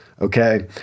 okay